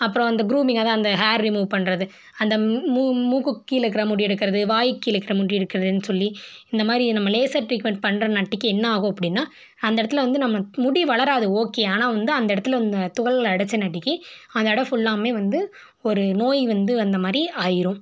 அப்புறம் அந்த க்ரூமிங் அதான் அந்த ஹேர் ரிமூவ் பண்ணுறது அந்த மு முக்குக்கு கீழே இருக்கிற முடியை எடுக்கிறது வாய்க்கு கீழே இருக்கிற முடி எடுக்கிறதுனு சொல்லி இந்த மாதிரி நம்ம லேசர் ட்ரீக்மெண்ட் பண்ணுறனாடிக்கி என்னாகும் அப்படினா அந்த இடத்துல வந்து நம்ம முடி வளராது ஓகே ஆனால் வந்து அந்த இடத்துல அந்த துகள்களை அடச்சனாடிக்கி அந்த இடம் ஃபுல்லாம் வந்து ஒரு நோய் வந்து வந்த மாதிரி ஆகிரும்